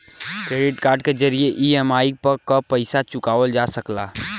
credit card के जरिये EMI क पइसा चुकावल जा सकला